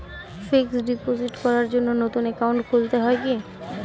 Fix deposit করার জন্য নতুন অ্যাকাউন্ট খুলতে হয় কী?